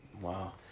Wow